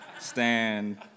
stand